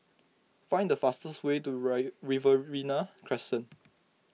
find the fastest way to re Riverina Crescent